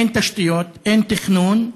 אין תשתיות, אין תכנון,